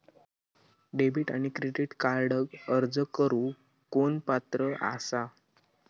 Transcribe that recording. Debit आणि credit कार्डक अर्ज करुक कोण पात्र आसा?